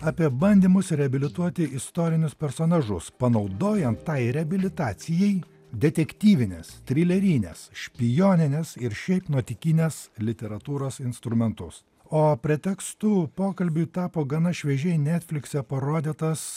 apie bandymus reabilituoti istorinius personažus panaudojant tai reabilitacijai detektyvinės trilerijinės špijoninės ir šiaip nuotykinės literatūros instrumentus o pretekstu pokalbiui tapo gana šviežiai netflikse parodytas